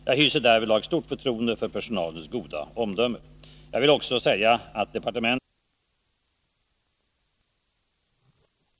Jag hyser därvidlag stort förtroende för personalens goda omdöme. Jag vill också säga att departementet följer utvecklingen på området och att vi självfallet är beredda att se över rutinerna om detta skulle visa sig nödvändigt.